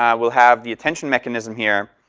um we'll have the attention mechanism here,